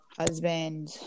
Husband